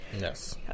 Yes